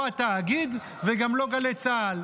לא התאגיד וגם לא גלי צה"ל.